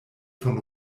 von